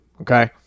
Okay